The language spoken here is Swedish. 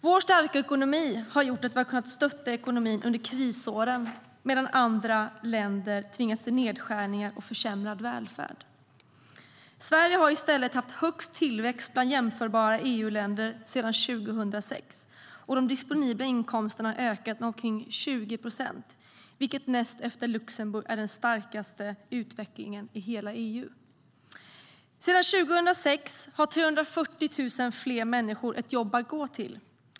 Vår starka ekonomi har gjort att vi har kunnat stötta ekonomin under krisåren, medan andra länder har tvingats till nedskärningar och försämrad välfärd. Sverige har i stället haft högst tillväxt bland jämförbara EU-länder sedan 2006, och de disponibla inkomsterna har ökat med omkring 20 procent. Det är näst efter Luxemburg den starkaste utvecklingen i hela EU.Sedan 2006 har 340 000 fler människor ett jobb att gå till.